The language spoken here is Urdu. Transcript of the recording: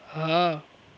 ہاں